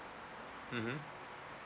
mmhmm